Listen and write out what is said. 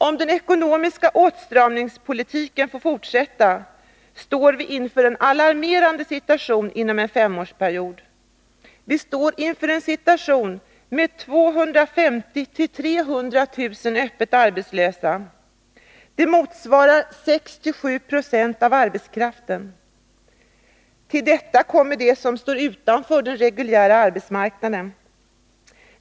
Om den ekonomiska åtstramningspolitiken får fortsätta, står vi inför en alarmerande situation inom en femårsperiod. Vi står inför en situation med 250 000-300 000 öppet arbetslösa. Det motsvarar 6-7 26 av arbetskraften. Till detta kommer de som står utanför den reguljära arbetsmarknaden.